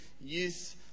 youth